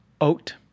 oat